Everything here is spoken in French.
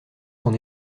son